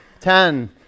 Ten